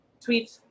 tweet